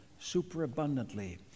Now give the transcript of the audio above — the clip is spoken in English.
superabundantly